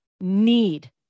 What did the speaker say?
need